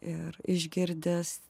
ir išgirdęs